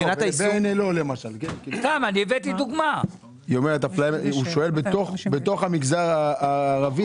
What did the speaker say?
אנחנו אומרים שצריך לבחון את העניין הזה מחדש,